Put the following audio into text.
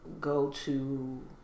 go-to